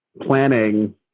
planning